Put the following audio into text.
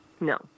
no